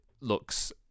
looks